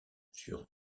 sur